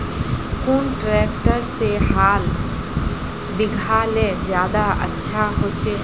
कुन ट्रैक्टर से हाल बिगहा ले ज्यादा अच्छा होचए?